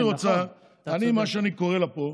אם היא רוצה, מה שאני קורא לה פה: